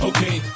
Okay